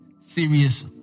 serious